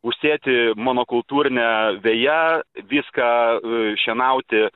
užsėti monokultūrine veja viską šienauti